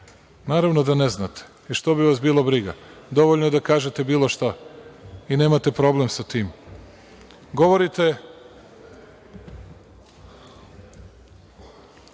Naravno da ne znate i što bi vas bilo briga. Dovoljno je da kažete bilo šta i nemate problem sa tim. Govorite